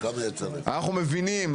אנחנו מבינים,